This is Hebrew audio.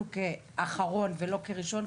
אנחנו כאחרון ולא כראשון,